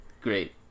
Great